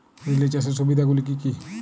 Relay চাষের সুবিধা গুলি কি কি?